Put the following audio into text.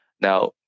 Now